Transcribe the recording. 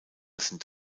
sind